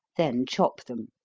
then chop them.